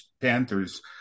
Panthers